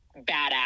badass